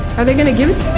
are they gonna give it